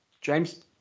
James